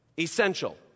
essential